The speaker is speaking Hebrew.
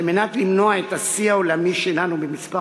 על מנת למנוע את השיא העולמי שלנו במספר